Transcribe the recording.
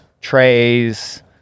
trays